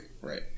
Right